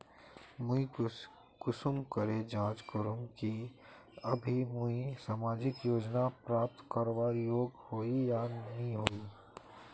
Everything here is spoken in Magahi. मुई कुंसम करे जाँच करूम की अभी मुई सामाजिक योजना प्राप्त करवार योग्य होई या नी होई?